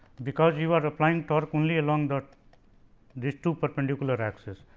because you are applying torque only along the this two perpendicular axis.